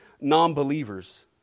non-believers